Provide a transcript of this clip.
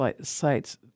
sites